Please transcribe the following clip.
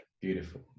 Beautiful